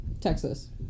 Texas